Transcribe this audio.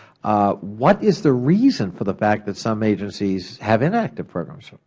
what is the reason for the fact that some agencies have inactive programs?